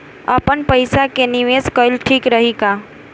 आपनपईसा के निवेस कईल ठीक रही का?